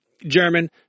German